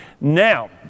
Now